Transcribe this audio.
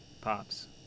Pops